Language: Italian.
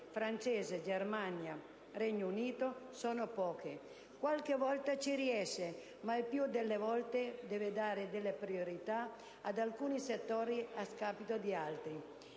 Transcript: Francia, Germania o Regno Unito sono poche. Qualche volta ci riesce, ma il più delle volte deve dare priorità ad alcuni settori a scapito di altri.